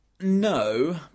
No